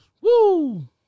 woo